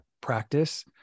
practice